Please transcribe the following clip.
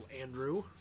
Andrew